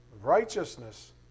righteousness